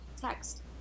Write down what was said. text